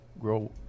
grow